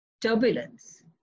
turbulence